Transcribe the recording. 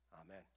Amen